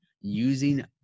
using